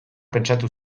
pentsatu